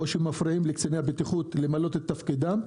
או מפריעים לקציני הבטיחות למלא את תפקידם.